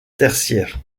tertiaire